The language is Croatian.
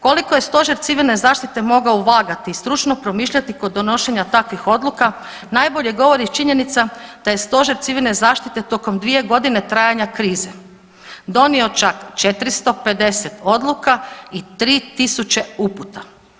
Koliko je stožer civilne zaštite mogao vagati i stručno promišljati kod donošenja takvih odluka najbolje govori činjenica da je stožer civilne zaštite tokom dvije godine trajanja krize donio čak 450 odluka i 3.000 uputa.